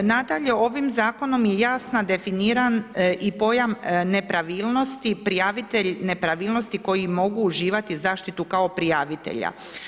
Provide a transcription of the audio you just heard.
Nadalje, ovim zakonom je jasna definiran i pojam nepravilnosti, prijavitelj nepravilnosti koji mogu uživati u zaštiti kao prijavitelja.